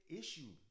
issue